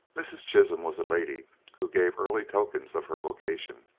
mrs. chisholm was a lady who gave early tokens of her vocation.